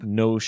no